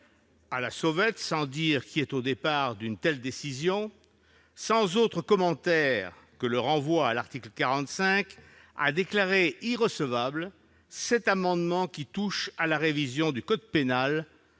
à la sauvette, sans dire qui est à l'origine d'une telle décision, sans autre commentaire que le renvoi à l'article 45, a déclaré irrecevables sept amendements qui avaient pour objet la révision du code pénal,